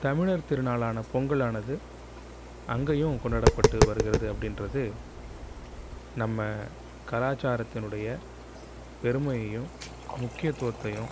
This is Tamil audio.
தமிழர் திருநாளான பொங்கலானது அங்கேயும் கொண்டாடப்பட்டு வருகிறது அப்படின்றது நம்ம கலாச்சாரத்தினுடைய பெருமையையும் முக்கியத்துவத்தையும்